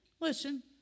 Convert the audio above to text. listen